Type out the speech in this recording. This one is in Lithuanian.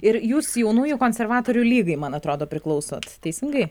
ir jūs jaunųjų konservatorių lygai man atrodo priklausot teisingai